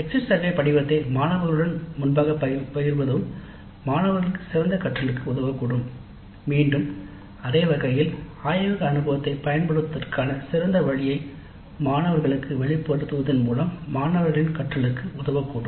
exit survey படிவத்தை மாணவர்களுடன் முன்பாகப் பகிர்வதும் மாணவர்களுக்கு சிறந்த கற்றலுக்கு உதவக்கூடும் மீண்டும் அதே வகையில் ஆய்வக அனுபவத்தைப் பயன்படுத்துவதற்கான சிறந்த வழியை மாணவர்களுக்கு வெளிப்படுத்துவதன் மூலம் மாணவர்களின் கற்றலுக்கு உதவக்கூடும்